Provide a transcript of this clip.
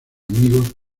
amigos